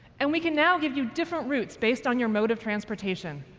and we can now give you different routes based on your mode of transportation,